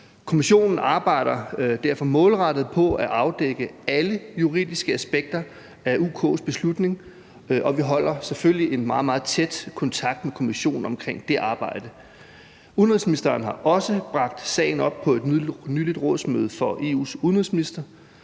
Kommissionen arbejder derfor målrettet på at afdække alle juridiske aspekter af UK's beslutning, og vi holder selvfølgelig en meget, meget tæt kontakt med Kommissionen om det arbejde. Udenrigsministeren har også bragt sagen op på et nyligt rådsmøde for EU's udenrigsministre.